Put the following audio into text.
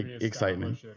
excitement